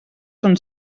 són